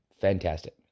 Fantastic